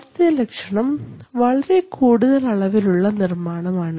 ആദ്യത്തെ ലക്ഷണം വളരെ കൂടുതൽ അളവിൽ ഉള്ള നിർമാണമാണ്